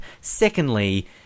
Secondly